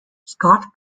scott